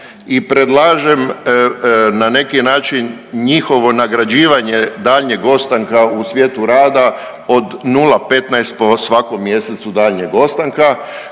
i predlažem na neki način njihovo nagrađivanje daljnjeg ostanka u svijetu rada od 0,15 po svakom mjesecu daljnjeg ostanka